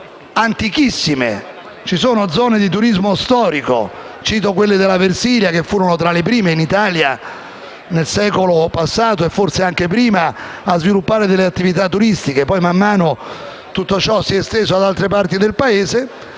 spesso antichissime. Ci sono zone di turismo storico: cito quelle della Versilia, che sono state tra le prime in Italia, nel secolo passato e forse anche prima, a sviluppare attività turistiche che poi man mano si sono estese ad altre parti del Paese.